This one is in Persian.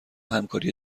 همکاری